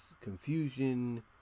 confusion